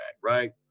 right